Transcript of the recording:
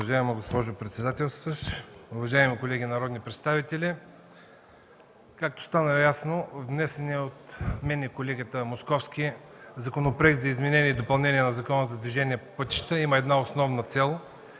Уважаема госпожо председател, уважаеми колеги народни представители! Както стана ясно, внесеният от мен и колегата Московски Законопроект за изменение и допълнение на Закона за движението по пътищата има една основна цел